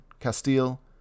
Castile